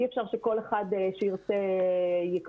אי אפשר שכל אחד שירצה יקבל.